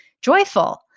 joyful